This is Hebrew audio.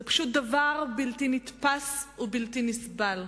זה פשוט דבר בלתי נתפס ובלתי נסבל.